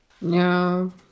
No